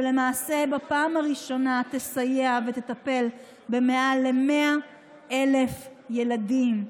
שלמעשה בפעם הראשונה תסייע ותטפל ביותר מ-100,000 ילדים,